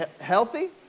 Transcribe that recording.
healthy